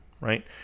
right